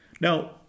Now